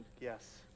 yes